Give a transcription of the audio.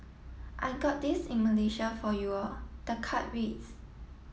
I got this in Malaysia for you all the card reads